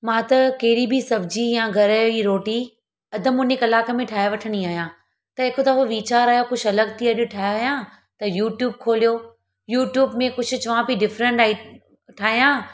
मां त कहिड़ी बि सब्ज़ी या घरजी रोटी अधु मुने कलाक में ठाहे वठंदी आहियां त हिकु दफ़ो विचार आहियो कुझु अलॻि थी अॼु ठाहियां त यूट्यूब खोलियो यूट्यूब में कुझु चवां पई डिफरंट आइटम ठाहियां